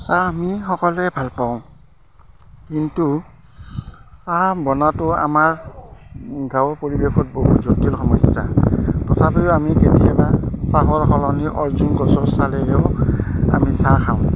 চাহ আমি সকলোৱে ভালপাওঁ কিন্তু চাহ বনোৱাটো আমাৰ গাঁৱৰ পৰিৱেশত বহুত জটিল সমস্যা তথাপিও আমি কেতিয়াবা চাহৰ সলনি অৰ্জুন গছৰ ছালেৰেও আমি চাহ খাওঁ